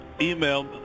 email